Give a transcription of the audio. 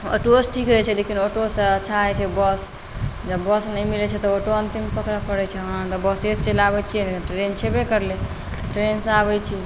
ऑटोओसँ ठीक रहै छै लेकिन ऑटोसँ अच्छा होइ छै बस जब बस नहि मिलै छै तऽ ऑटो अन्तिम पकड़ऽ पड़ै छै नहि तऽ बसेसँ चलि आबै छिए नहि तऽ ट्रेन छेबे करलै ट्रेनसँ आबै छी